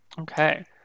Okay